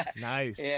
Nice